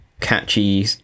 catchy